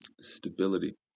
Stability